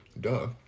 Duh